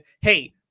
hey